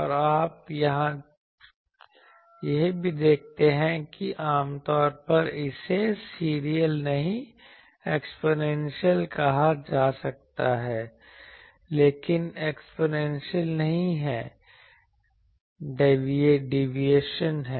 और आप यह भी देखते हैं कि आमतौर पर इसे सीरियल नहीं एक्स्पोनेंशियल कहा जा सकता है लेकिन यह एक्स्पोनेंशियल नहीं है डेविएशन हैं